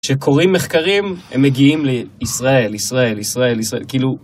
כשקוראים מחקרים, הם מגיעים לישראל, ישראל, ישראל, ישראל, כאילו...